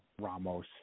Ramos